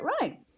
right